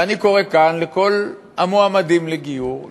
ואני קורא כאן לכל המועמדים לגיור,